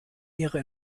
ihre